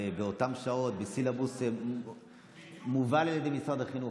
באותן שעות, בסילבוס שמובל על ידי משרד החינוך.